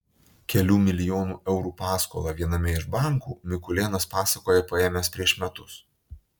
kelių milijonų eurų paskolą viename iš bankų mikulėnas pasakoja paėmęs prieš metus